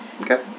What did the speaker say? Okay